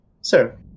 Sir